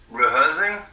rehearsing